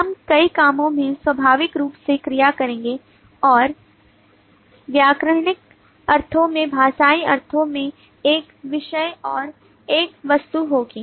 हम कई मामलों में स्वाभाविक रूप से क्रिया करेंगे और व्याकरणिक अर्थों में भाषाई अर्थों में एक विषय और एक वस्तु होगी